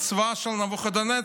הצבא של נבוכדנצר,